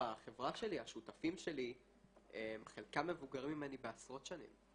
בחברה שלי השותפים שלי חלקם מבוגרים ממני בעשרות שנים,